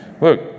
Look